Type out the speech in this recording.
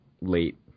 late